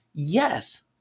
Yes